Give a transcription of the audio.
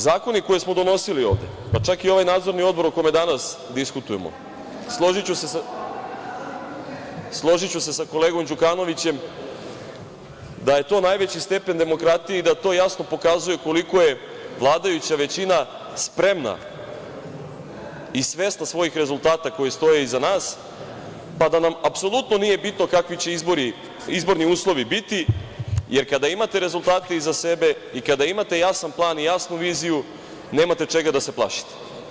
Zakone koje smo donosili ovde, pa čak i ovaj Nadzorni odbor o kome danas diskutujemo, složiću se sa kolegom Đukanovićem, da je to najveći stepen demokratije i da to jasno pokazuje koliko je vladajuća većina spremna i svesna svojih rezultata koji stoje iza nas, pa da nam apsolutno nije bitno kakvi će izborni uslovi biti, jer kada imate rezultate iza sebe i kada imate jasan plan, jasnu viziju, nemate čega da se plašite.